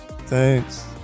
Thanks